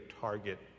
target